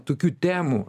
tokių temų